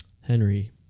Henry